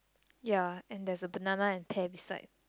ya and there is a banana in Pam side